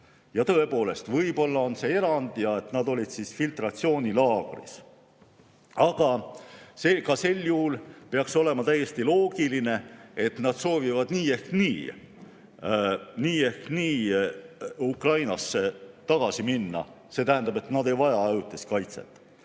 Tõepoolest, võib-olla on see erand ja nad olid siis filtratsioonilaagris. Aga ka sel juhul peaks olema täiesti loogiline, et nad soovivad nii või naa Ukrainasse tagasi minna, see tähendab, et nad ei vaja ajutist kaitset.